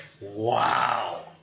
wow